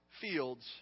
fields